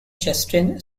justin